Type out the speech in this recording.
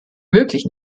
wirklich